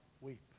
weep